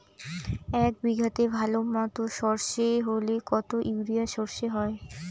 এক বিঘাতে ভালো মতো সর্ষে হলে কত ইউরিয়া সর্ষে হয়?